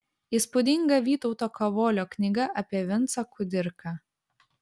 įspūdinga vytauto kavolio knyga apie vincą kudirką